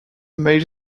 male